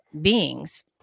beings